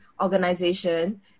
organization